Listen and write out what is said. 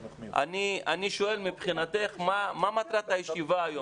אני שואל מהי מטרת הישיבה היום?